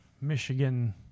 Michigan